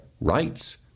rights